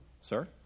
Sir